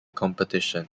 competition